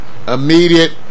Immediate